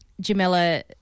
Jamila